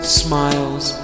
smiles